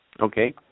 Okay